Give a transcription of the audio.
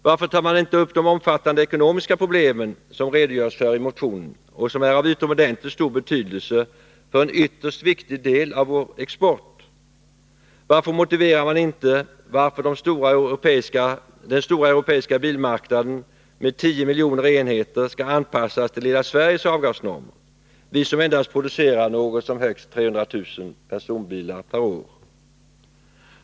Varför tar man inte upp de omfattande ekonomiska problemen som redogjorts för i motionerna och som är av utomordentligt stor betydelse för en ytterst viktig del av vår export? Varför motiverar man inte varför den stora europeiska bilmarknaden med tio miljoner enheter skall anpassas till lilla Sveriges avgasnormer, vi som endast producerar något som högst 300 000 personbilar per år?